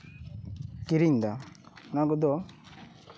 ᱠᱤᱨᱤᱧᱮᱫᱟ ᱚᱱᱟ ᱠᱚᱫᱚ